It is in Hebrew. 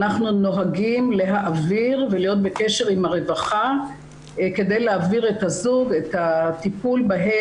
אנחנו נוהגים להעביר ולהיות בקשר עם הרווחה כדי להעביר את הטיפול בזוג,